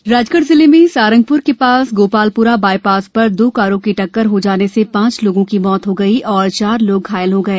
दुर्घटना राजगढ़ जिले में सारंगपुर नगर के पास गोपालपुरा बायपास पर दो कारों की टक्कर हो जाने से पांच लोगों की मौत हो गई और चार लोग घायल हो गए